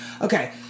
Okay